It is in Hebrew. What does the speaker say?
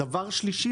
דבר שלישי,